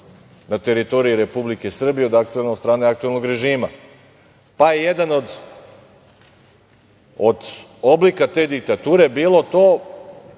na teritoriji Republike Srbije od strane aktuelnog režima. Pa, jedan od oblika te diktature je bilo to